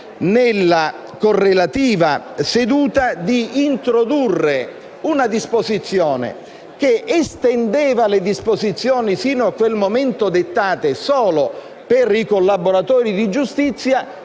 nella correlativa seduta di introdurre una disposizione che estendeva le disposizioni, fino a quel momento dettate solo per i collaboratori di giustizia,